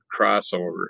crossover